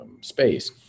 space